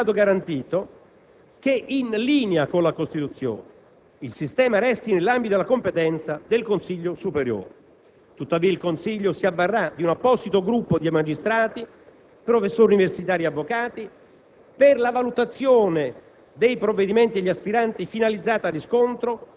Quanto alle funzioni di legittimità, a differenza dell'ordinamento Castelli, è stato garantito che, in linea con la Costituzione, il sistema resti nell'ambito della competenza del Consiglio superiore. Tuttavia quest'ultimo si avvarrà di un apposito gruppo di magistrati, professori universitari e avvocati